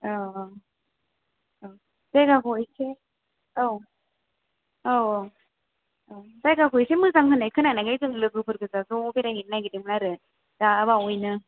औ औ औ जायगाखौ एसे औ औ औ जायगाखौ एसे मोजां होननायखाय जों लोगोफोर गोजा जों ज' बेरायहैनो नागेरदोंमोन आरो दा बावैनो